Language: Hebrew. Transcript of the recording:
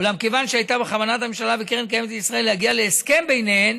אולם כיוון שהיה בכוונת הממשלה וקרן קיימת לישראל להגיע להסכם ביניהן,